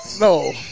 No